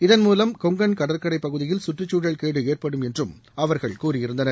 இதன் மூலம் கொங்கன் கடற்கரை பகுதியில் கற்றுக்சூழல் கேடு ஏற்படும் என்றும் அவர்கள் கூறியிருந்தனர்